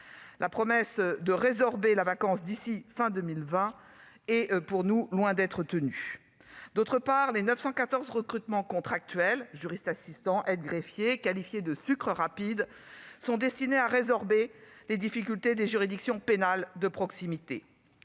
La promesse de résorber la vacance d'ici à la fin de 2021 est donc loin d'être tenue. Par ailleurs, les 914 recrutements contractuels- juristes assistants et aides-greffiers, qualifiés de « sucres rapides » -sont destinés à résorber les difficultés des juridictions pénales de proximité.